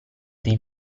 dei